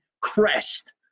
Crest